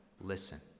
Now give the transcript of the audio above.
listen